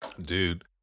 Dude